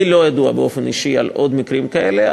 לי באופן אישי לא ידוע על עוד מקרים כאלה,